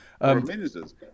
ministers